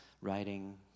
writing